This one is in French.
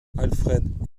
alfred